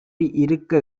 இருக்க